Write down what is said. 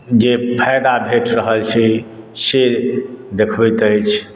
जे फायदा भेट रहल छै से देखबैत अछि